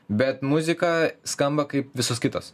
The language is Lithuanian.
bet muzika skamba kaip visos kitos